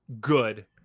good